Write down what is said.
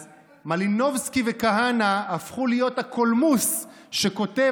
אז מלינובסקי וכהנא הפכו להיות הקולמוס שכותב